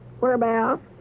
Whereabouts